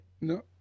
No